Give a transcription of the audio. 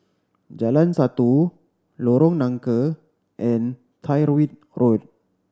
Jalan Satu Lorong Nangka and Tyrwhitt Road